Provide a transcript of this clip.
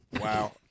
Wow